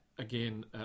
Again